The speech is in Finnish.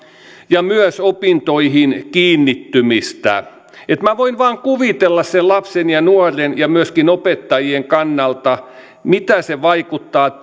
ja myös opintoihin kiinnittymistä minä voin vain kuvitella sen lapsen ja nuoren ja myöskin opettajien kannalta miten se vaikuttaa